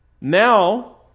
Now